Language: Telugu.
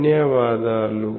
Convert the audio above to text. ధన్యవాదాలు